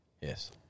Yes